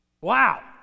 Wow